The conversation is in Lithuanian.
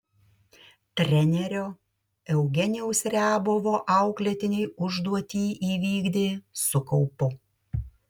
trenerio eugenijaus riabovo auklėtiniai užduotį įvykdė su kaupu